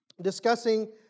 discussing